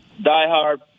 diehard